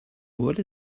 what